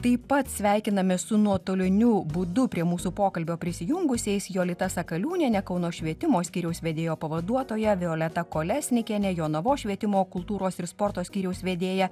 taip pat sveikiname su nuotoliniu būdu prie mūsų pokalbio prisijungusiais jolita sakaliūniene kauno švietimo skyriaus vedėjo pavaduotoja violeta kolesnikiene jonavos švietimo kultūros ir sporto skyriaus vedėja